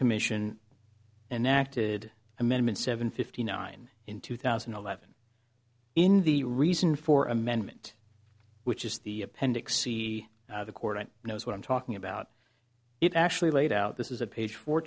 commission and acted amendments seven fifty nine in two thousand and eleven in the reason for amendment which is the appendix c the court i know what i'm talking about it actually laid out this is a page fo